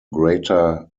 greater